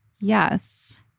Yes